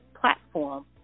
platform